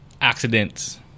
accidents